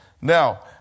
Now